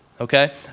okay